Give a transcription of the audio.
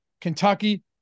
Kentucky